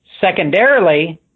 Secondarily